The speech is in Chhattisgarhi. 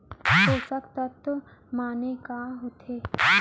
पोसक तत्व माने का होथे?